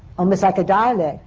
almost like a dialogue,